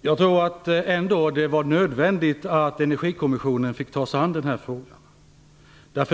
Fru talman! Jag tror ändå att det var nödvändigt att Energikommissionen fick ta sig an den här frågan.